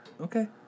Okay